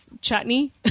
Chutney